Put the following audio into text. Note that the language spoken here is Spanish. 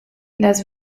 las